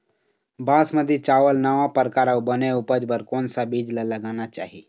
बासमती चावल नावा परकार अऊ बने उपज बर कोन सा बीज ला लगाना चाही?